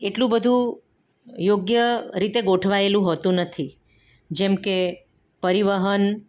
એટલું બધું યોગ્ય રીતે ગોઠવાયેલું હોતું નથી જેમ કે પરિવહન